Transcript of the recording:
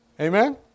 Amen